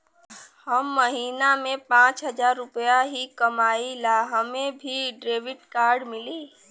हम महीना में पाँच हजार रुपया ही कमाई ला हमे भी डेबिट कार्ड मिली?